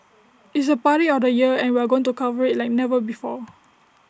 it's the party of the year and we are going to cover IT like never before